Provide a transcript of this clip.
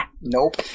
Nope